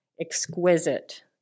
exquisite